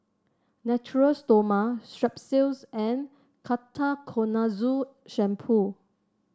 Natura Stoma Strepsils and Ketoconazole Shampoo